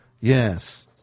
Yes